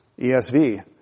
ESV